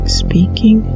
speaking